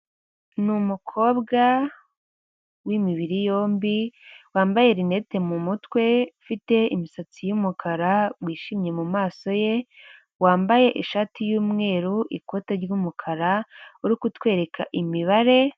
N'umukobwa wimibiri yombi ,wambaye lunette mumutwe, ufite imisatsi yumukara, wishimye mumaso ye, wambaye ishati yumweru ikote ry'umukara uri kutwereka imibare...